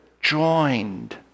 joined